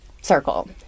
circle